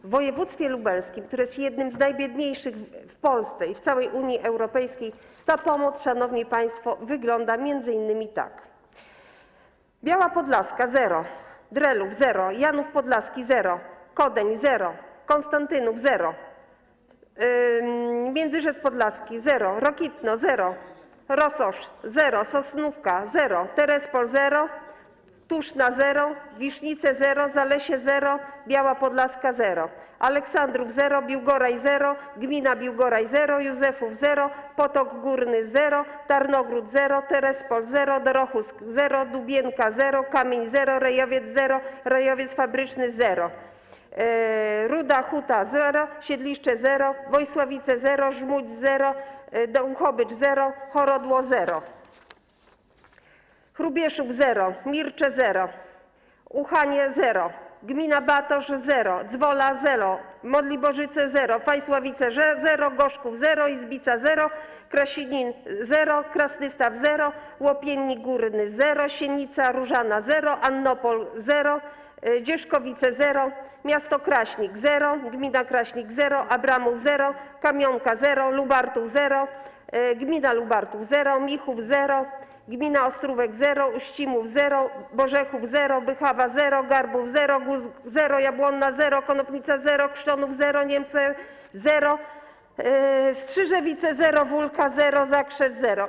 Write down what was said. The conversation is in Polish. W województwie lubelskim, które jest jednym z najbiedniejszych w Polsce i w całej Unii Europejskiej, ta pomoc, szanowni państwo, wygląda m.in. tak: Biała Podlaska - zero, Drelów - zero, Janów Podlaski - zero, Kodeń - zero, Konstantynów - zero, Międzyrzec Podlaski - zero, Rokitno - zero, Rososz - zero, Sosnówka - zero, Terespol - zero, Tuczna - zero, Wisznice - zero, Zalesie - zero, Biała Podlaska - zero, Aleksandrów - zero, Biłgoraj - zero, gmina Biłgoraj - zero, Józefów - zero, Potok Górny - zero, Tarnogród - zero, Terespol - zero, Dorohusk - zero, Dubienka - zero, Kamień - zero, Rejowiec - zero, Rejowiec Fabryczny - zero, Ruda Huta - zero, Siedliszcze - zero, Wojsławice - zero, Żmudź - zero, Dołhobyczów - zero, Horodło - zero, Hrubieszów - zero, Mircze - zero, Uchanie - zero, gmina Batorz - zero, Dzwola - zero, Modliborzyce - zero, Fajsławice - zero, Gorzków - zero, Izbica - zero, Krasiczyn - zero, Krasnystaw - zero, Łopiennik Górny - zero, Sienica Różana - zero, Annopol - zero, Dzierzkowice - zero, miasto Kraśnik - zero, gmina Kraśnik - zero, Abramów - zero, Kamionka - zero, Lubartów - zero, gmina Lubartów - zero, Michów - zero, gmina Ostrówek - zero, Uścimów - zero, Borzechów - zero, Bychawa - zero, Garbów - zero, Głusk - zero, Jabłonna - zero, Konopnice - zero, Krzczonów - zero, Niemce - zero, Strzyżewice - zero, Wólka - zero, Zakrzew - zero.